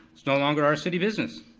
it's no longer our city business.